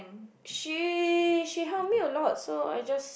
she she help me a lot so I just